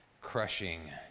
crushing